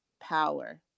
power